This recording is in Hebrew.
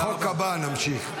בחוק הבא נמשיך.